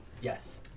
yes